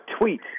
tweet